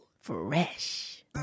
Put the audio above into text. Fresh